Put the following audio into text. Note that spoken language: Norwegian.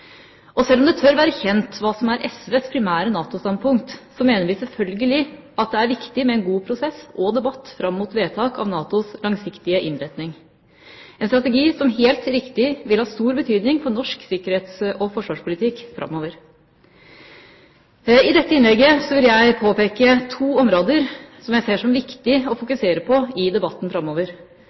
Og selv om det tør være kjent hva som er SVs primære NATO-standpunkt, mener vi selvfølgelig at det er viktig med en god prosess og debatt fram mot vedtak av NATOs langsiktige innretning – en strategi som helt riktig vil ha stor betydning for norsk sikkerhets- og forsvarspolitikk framover. I dette innlegget vil jeg påpeke to områder som jeg ser som viktig å fokusere på i debatten framover: